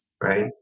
right